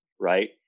right